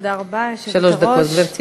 תודה רבה, היושבת-ראש, שלוש דקות, גברתי.